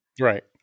Right